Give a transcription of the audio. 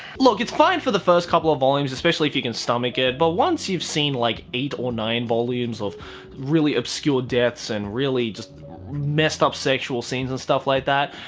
look it's fine for the first couple of volumes especially if you can stomach it but once you've seen like eight or nine volumes of really obscure deaths and really just messed up sexual scenes and stuff like that.